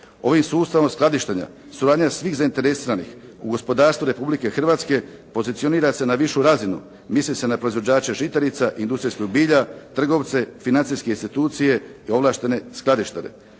Ovim sustavom skladištenja suradnja svih zainteresiranih u gospodarstvu Republike Hrvatske pozicionira se na višu razinu. Misli se na proizvođača žitarica, industrijskog bilja, trgovce, financijske institucije i ovlaštene skladištare.